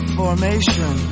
formation